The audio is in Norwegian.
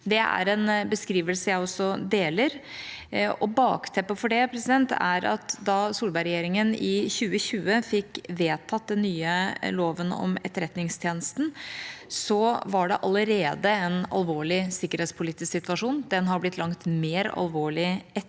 Det er en beskrivelse også jeg deler. Bakteppet for det er at da Solberg-regjeringa i 2020 fikk vedtatt den nye loven om Etterretningstjenesten, var det allerede en alvorlig sikkerhetspolitisk situasjon. Den har blitt langt mer alvorlig etter den tid,